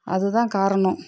அதுதான் காரணம்